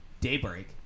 Daybreak